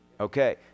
Okay